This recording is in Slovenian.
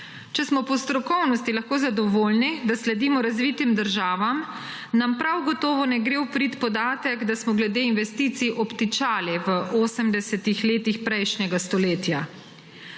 Če smo po strokovnosti lahko zadovoljni, da sledimo razvitim državam, nam prav gotovo ne gre v prid podatek, da smo glede investicij obtičali v 80. letih prejšnjega stoletja.